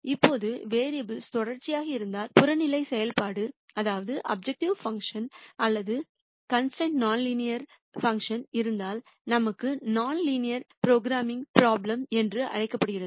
இப்போது வேரியபுல் தொடர்ச்சியாக இருந்தால் புறநிலை செயல்பாடு அல்லது கான்ஸ்டரைனெட் நான் லீனியர் செயல்பாடுகளாக இருந்தால் நமக்கு நான் லீனியர் ப்ரோக்ராமிங் ப்ரோப்லேம் என்று அழைக்கப்படுகிறது